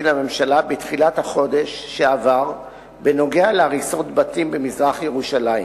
לממשלה בנוגע להריסות בתים במזרח-ירושלים.